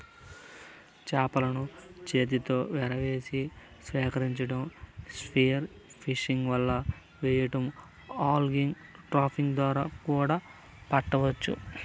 చేపలను చేతితో ఎరవేసి సేకరించటం, స్పియర్ ఫిషింగ్, వల వెయ్యడం, ఆగ్లింగ్, ట్రాపింగ్ ద్వారా కూడా పట్టవచ్చు